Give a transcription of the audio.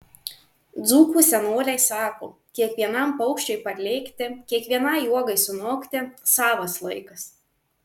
dzūkų senoliai sako kiekvienam paukščiui parlėkti kiekvienai uogai sunokti savas laikas